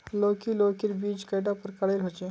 लौकी लौकीर बीज कैडा प्रकारेर होचे?